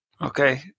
Okay